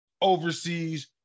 overseas